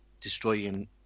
destroying